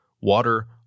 Water